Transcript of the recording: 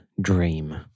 dream